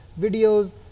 videos